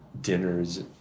dinners